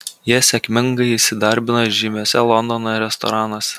jie sėkmingai įsidarbino žymiuose londono restoranuose